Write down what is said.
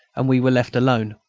and we were left alone.